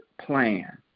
plan